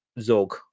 Zog